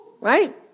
right